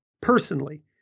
personally